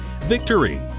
Victory